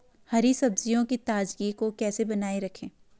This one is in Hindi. हरी सब्जियों की ताजगी को कैसे बनाये रखें?